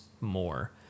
more